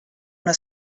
una